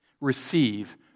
Receive